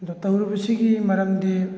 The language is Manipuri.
ꯑꯗꯣ ꯇꯧꯔꯤꯕꯁꯤꯒꯤ ꯃꯔꯝꯗꯤ